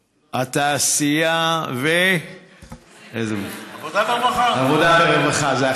התעשייה, העבודה והרווחה.